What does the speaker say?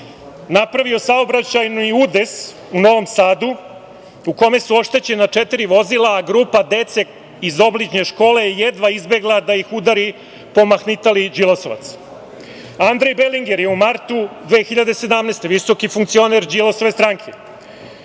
napravio saobraćajni udes u Novom Sadu u kome su oštećena četiri vozila, a grupa dece iz obližnje škole je jedva izbegla da ih udari pomahnitali Đilasovac. Andrej Belinger je u martu 2017, visoki funkcioner Đilasove stranke,